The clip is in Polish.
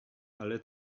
ale